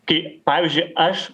kai pavyzdžiui aš